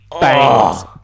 bangs